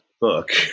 book